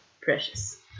Precious